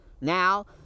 Now